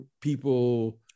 people